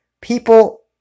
People